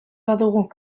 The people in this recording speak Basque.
badugu